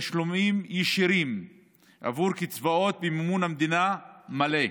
תשלומים ישירים עבור קצבאות במימון המדינה, מלא,